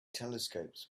telescopes